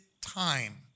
time